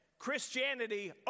Christianity